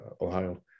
Ohio